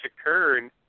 occurred